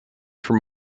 from